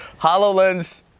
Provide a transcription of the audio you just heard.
hololens